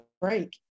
break